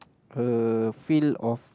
a feel of